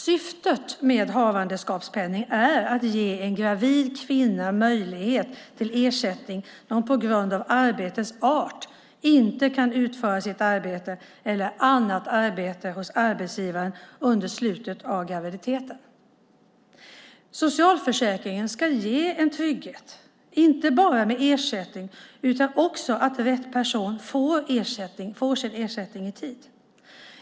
Syftet med havandeskapspenning är att ge en gravid kvinna möjlighet till ersättning när hon på grund av arbetets art inte kan utföra sitt arbete eller annat arbete hos arbetsgivaren under slutet av graviditeten. Socialförsäkringen ska ge en trygghet, inte bara när det gäller ersättningen utan också när det gäller att rätt person får sin ersättning i tid.